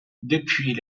depuis